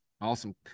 Awesome